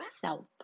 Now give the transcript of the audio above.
self